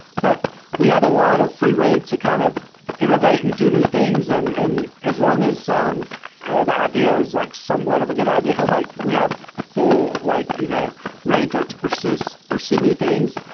but we have a lot of free rein to kind of innovate and do new things, and and as long as um the idea is like somewhat of a good idea, like we have full like you know ranger to pursue so pursue new things.